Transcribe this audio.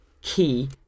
key